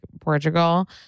Portugal